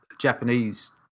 Japanese